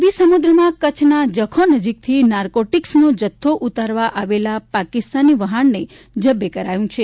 અરબી સમુદ્રમાં કચ્છના જખૌ નજીકથી નાર્કોટીક્સનો જથ્થો ઉતારવા આવેલા પાકિસ્તાની વહાણને જબ્બે કરાયું છે